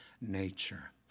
nature